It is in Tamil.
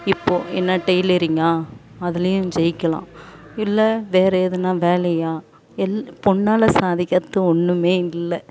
இப்போது என்ன டெய்லரிங்கா அதுலேயும் ஜெயிக்கலாம் இல்லை வேறு எதுனா வேலையா எல் பொண்ணால் சாதிக்காதது ஒன்றுமே இல்லை